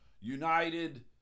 United